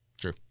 True